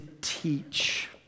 teach